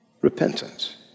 Repentance